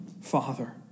Father